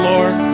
Lord